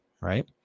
right